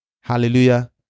Hallelujah